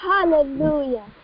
Hallelujah